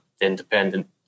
independent